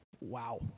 Wow